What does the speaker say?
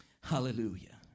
Hallelujah